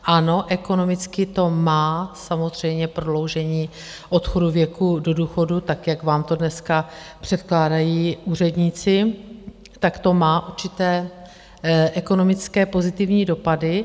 Ano, ekonomicky to má samozřejmě prodloužení odchodu věku do důchodu tak, jak vám to dneska předkládají úředníci, tak to má určité ekonomické pozitivní dopady.